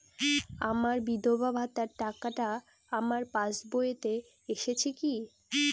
আমার বিধবা ভাতার টাকাটা আমার পাসবইতে এসেছে কি?